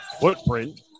footprint